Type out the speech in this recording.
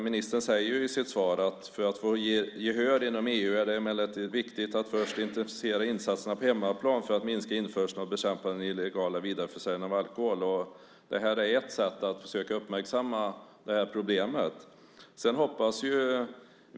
Ministern sade i sitt svar: "För att få gehör inom EU är det emellertid viktigt att först intensifiera insatserna på hemmaplan för att minska införseln och bekämpa den illegala vidareförsäljningen av alkohol." Det här är ett sätt att försöka uppmärksamma problemet.